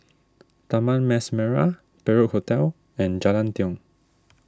Taman Mas Merah Perak Hotel and Jalan Tiong